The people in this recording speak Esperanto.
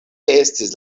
estis